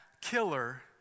killer